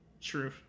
True